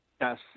yes